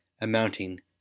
amounting